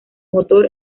motor